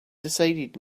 decided